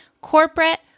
corporate